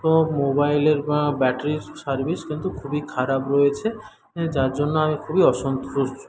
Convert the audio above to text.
মোবাইলের battery service কিন্তু খুবই খারাপ রয়েছে যার জন্য আমি খুবই অসন্তুষ্ট